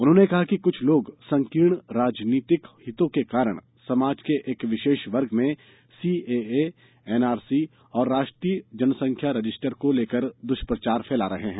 उन्होंने कहा कि कुछ लोग संकीर्ण राजनीतिक हितों के कारण समाज के एक विशेष वर्ग में सीएए एनआरसी और राष्ट्रीय जनसंख्या रजिस्टर को लेकर दुष्प्रचार फैला रहे हैं